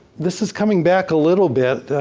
this is coming back a little bit.